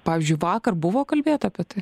pavyzdžiui vakar buvo kalbėta apie tai